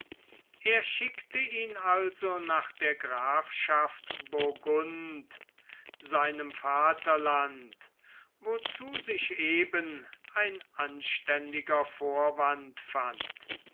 er schickte ihn also nach der grafschaft burgund seinem vaterland wozu sich eben ein anständiger vorwand fand